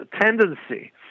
tendency